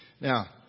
Now